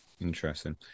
Interesting